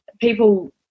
people